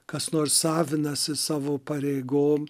kas nors savinasi savo pareigom